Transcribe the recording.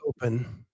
open